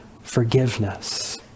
forgiveness